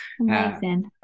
Amazing